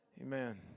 amen